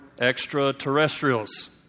extraterrestrials